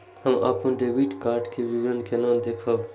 हम अपन debit card के विवरण केना देखब?